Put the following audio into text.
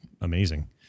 amazing